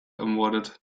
ermordet